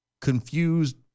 Confused